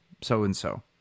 so-and-so